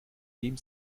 geben